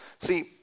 See